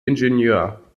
ingenieur